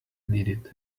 needed